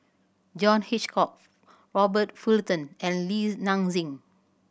John Hitchcock Robert Fullerton and Li Nanxing